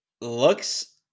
looks